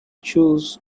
chose